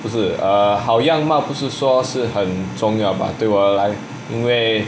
不是 err 好样貌不是说是很重要 but 对我来因为